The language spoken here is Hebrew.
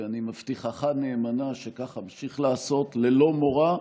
ואני מבטיחך נאמנה שכך אמשיך לעשות ללא מורא,